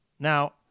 Now